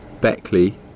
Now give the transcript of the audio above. Beckley